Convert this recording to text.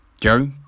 Joe